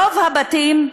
רוב הבתים,